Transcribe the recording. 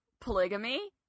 polygamy